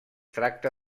tracta